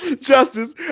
Justice